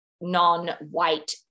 non-white